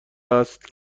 است